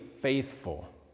faithful